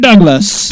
Douglas